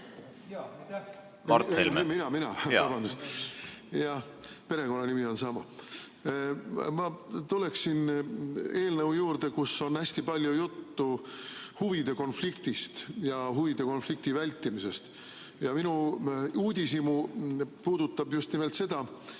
Ma tuleksin eelnõu juurde, kus on hästi palju juttu huvide konfliktist ja huvide konflikti vältimisest. Ja minu uudishimu puudutab just nimelt seda,